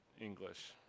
English